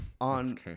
on